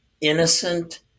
innocent